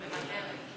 מוותרת.